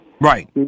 Right